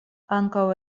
ankaŭ